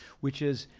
which is,